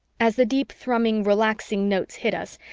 as the deep-thrumming relaxing notes hit us,